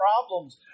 problems